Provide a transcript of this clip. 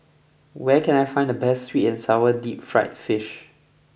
where can I find the best Sweet and Sour Deep Fried Fish